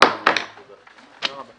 הצבעה בעד,